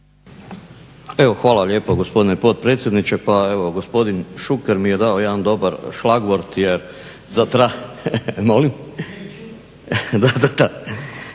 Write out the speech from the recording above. hvala lijepo gospodine potpredsjedniče. Pa evo gospodin Šuker mi je dao jedan dobar šlagvort jer … /Upadica